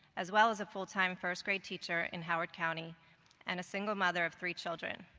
as well as a full-time first grade teacher in howard county and a single mother of three children.